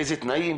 באילו תנאים,